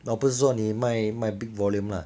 哦就是说你卖卖 big volume lah